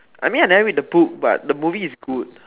I mean I never read the book but the movie is good